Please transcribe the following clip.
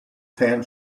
tan